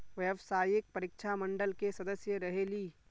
व्यावसायिक परीक्षा मंडल के सदस्य रहे ली?